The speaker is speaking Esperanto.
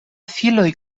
filoj